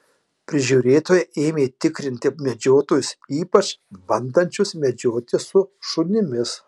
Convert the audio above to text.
prižiūrėtojai ėmė tikrinti medžiotojus ypač bandančius medžioti su šunimis